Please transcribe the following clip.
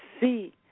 see